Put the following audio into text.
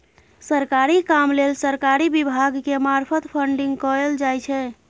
सरकारी काम लेल सरकारी विभाग के मार्फत फंडिंग कएल जाइ छै